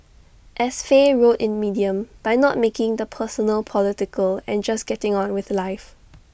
as Faye wrote in medium by not making the personal political and just getting on with life